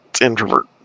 Introvert